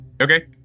Okay